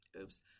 oops